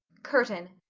curtain.